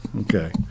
Okay